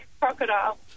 crocodile